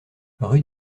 rue